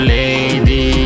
Lady